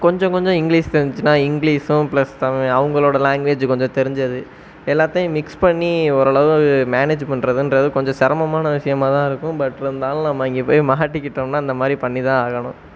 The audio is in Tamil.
கொஞ்சம் கொஞ்சம் இங்கிலீஷ் தெரிஞ்சுச்சுன்னா இங்கிலீஷும் பிளஸ் தமிழ் அவங்களோட லாங்குவேஜ்ஜு கொஞ்சம் தெரிஞ்சது எல்லாத்தையும் மிக்ஸ் பண்ணி ஓரளவு மேனேஜ் பண்ணுறதுன்றது கொஞ்சம் சிரமமான விஷயமாக தான் இருக்கும் பட் இருந்தாலும் நம்ம அங்கே போய் மாட்டிக்கிட்டோம்னால் அந்த மாதிரி பண்ணி தான் ஆகணும்